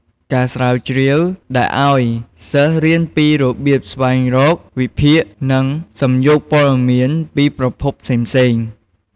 ការស្រាវជ្រាវដែលអោយ សិស្សរៀនពីរបៀបស្វែងរក វិភាគ និងសំយោគព័ត៌មានពីប្រភពផ្សេងៗ។